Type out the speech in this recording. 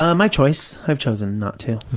um my choice. i've chosen not to.